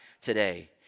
today